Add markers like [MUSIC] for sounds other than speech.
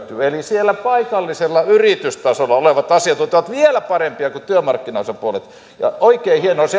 eli siellä paikallisella yritystasolla olevat asiantuntijat ovat vielä parempia kuin työmarkkinaosapuolet ja oikein hienoa jos [UNINTELLIGIBLE]